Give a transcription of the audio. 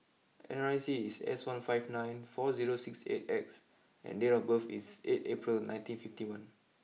N R I C is S one five nine four zero six eight X and date of birth is eight April nineteen fifty one